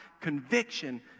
Conviction